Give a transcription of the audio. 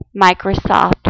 Microsoft